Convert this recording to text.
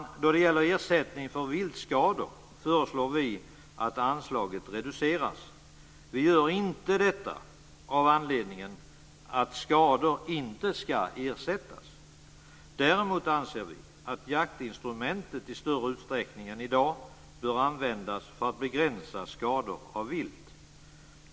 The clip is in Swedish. När det gäller ersättning för viltskador föreslår vi att anslaget reduceras. Vi gör inte detta av den anledningen att skador inte ska ersättas. Däremot anser vi att jaktinstrumentet i större utsträckning än i dag bör användas för att begränsa skador av vilt.